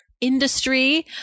industry